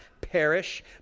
perish